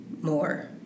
more